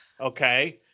okay